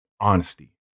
Honesty